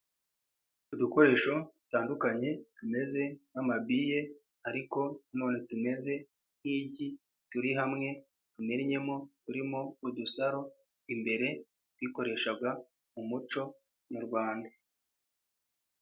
Udukoresho dutandukanye tumeze nk'amabiye, ariko none tumeze nk'igi turi hamwe tumennyemo tumennyemo udusaro imbere, bakoreshaga mu muco nyarwanda.